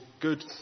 good